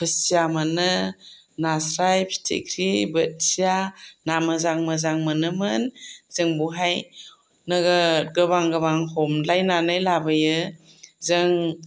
खुसिया मोनो नास्राय फिथिख्रि बोथिया ना मोजां मोजां मोनो मोनोमोन जों बेवहाय नोगोद गोबां गोबां हमलायनानै लाबोयो जों